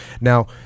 Now